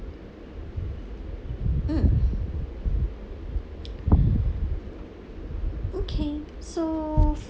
mm okay so